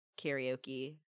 karaoke